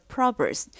Proverbs